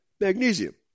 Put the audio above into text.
Magnesium